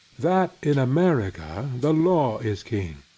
that in america the law is king.